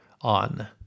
On